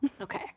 Okay